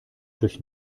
durch